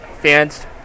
fans